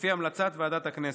לפי המלצת ועדת הכנסת.